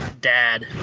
dad